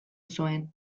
zuen